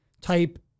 type